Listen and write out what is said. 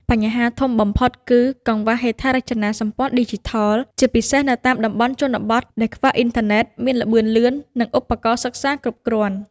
បញ្ហាធំបំផុតគឺ កង្វះហេដ្ឋារចនាសម្ព័ន្ធឌីជីថល ជាពិសេសនៅតាមតំបន់ជនបទដែលខ្វះអ៊ីនធឺណិតមានល្បឿនលឿន និងឧបករណ៍សិក្សាគ្រប់គ្រាន់។